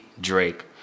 drake